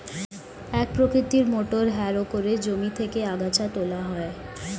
এক প্রকৃতির motor harrow করে জমি থেকে আগাছা তোলা হয়